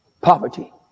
Poverty